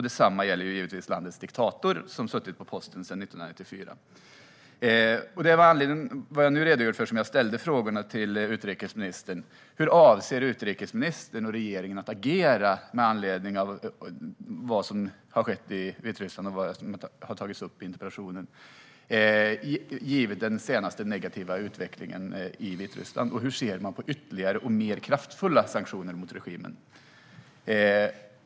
Detsamma gäller givetvis landets diktator, som suttit på posten sedan 1994. Det var med anledning av vad jag nu redogjort för som jag ställde mina frågor i interpellationen till utrikesministern: Hur avser utrikesministern och regeringen att agera med anledning av vad som skett i Vitryssland och det som tagits upp i interpellationen, givet den senaste negativa utvecklingen i Vitryssland, och hur ser man på ytterligare och mer kraftfulla sanktioner mot regimen?